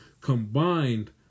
combined